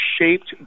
shaped